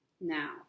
now